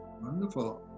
wonderful